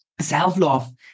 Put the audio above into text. self-love